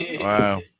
Wow